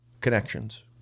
connections